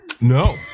No